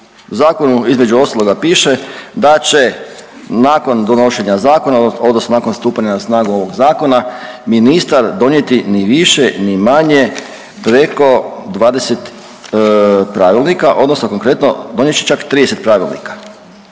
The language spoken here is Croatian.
zakon, između ostaloga piše da će nakon donošenja zakona, odnosno nakon stupanja na snagu ovog zakona, ministar donijeti, ni više ni manje preko 20 pravilnika, odnosno konkretno donijet će čak 30 pravilnika.